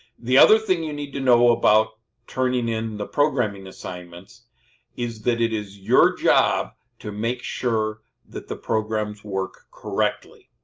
the other thing you need to know about turning in the programming assignments is that it is your job to make sure that the programs work correctly.